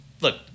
look